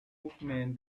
movement